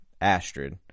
Astrid